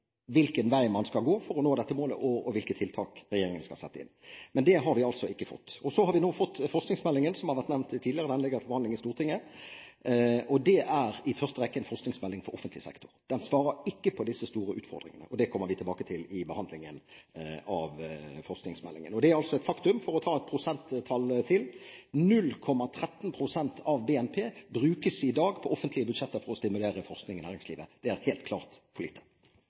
hvilken vei man skal gå for å nå dette målet og hvilke tiltak regjeringen skal sette inn. Men det har vi altså ikke fått. Så har vi fått forskningsmeldingen, som har vært nevnt tidligere. Den ligger til behandling i Stortinget. Det er i første rekke en forskningsmelding for offentlig sektor. Den svarer ikke på disse store utfordringene, og det kommer vi tilbake til i behandlingen av forskningsmeldingen. Det er et faktum, for å ta et prosenttall til, at 0,13 pst. av BNP brukes i dag på offentlige budsjetter for å stimulere forskning i næringslivet. Det er helt klart for lite.